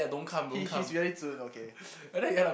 he he's really 尊 okay